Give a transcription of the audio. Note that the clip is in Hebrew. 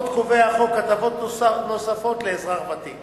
עוד קובע החוק הטבות נוספות לאזרח ותיק